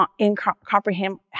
incomprehensible